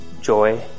joy